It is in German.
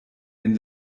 den